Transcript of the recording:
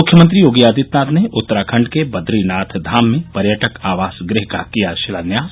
मुख्यमंत्री योगी आदित्यनाथ ने उत्तराखंड के बद्रीनाथ धाम में पर्यटक आवास गृह का किया शिलान्यास